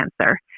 cancer